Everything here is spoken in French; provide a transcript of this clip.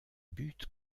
but